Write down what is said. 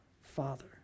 Father